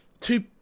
two